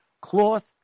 cloth